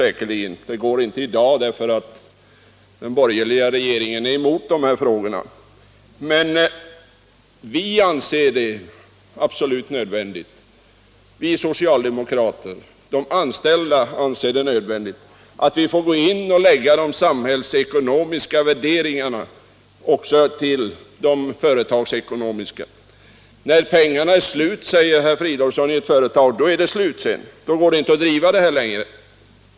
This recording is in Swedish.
Däremot går det inte i dag, eftersom den borgerliga regeringen är emot en lösning av de här problemen. Men vi — socialdemokraterna och de anställda — anser det absolut nödvändigt att vi får gå in och lägger de samhällsekonomiska värderingarna till de företagsekonomiska. När pengarna är slut i ett företag går det inte att driva det företaget längre, säger herr Fridolfsson.